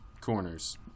corners